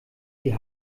die